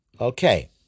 Okay